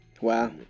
Wow